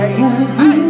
hey